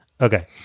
Okay